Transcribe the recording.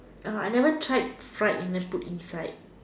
uh I never tried fried and then put inside